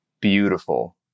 Beautiful